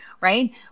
right